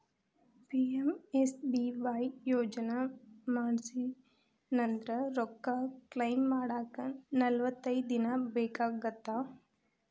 PMSBY ಯೋಜನಾ ಮಾಡ್ಸಿನಂದ್ರ ರೊಕ್ಕ ಕ್ಲೇಮ್ ಮಾಡಾಕ ನಲವತ್ತೈದ್ ದಿನ ಬೇಕಾಗತ್ತಾ